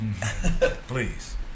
please